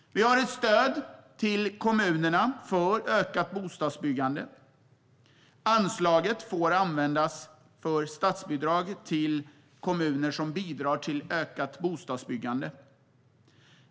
Vi har ett stöd till kommunerna för ökat bostadsbyggande. Anslaget får användas för statsbidrag till kommuner som bidrar till ökat bostadsbyggande.